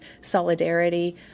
solidarity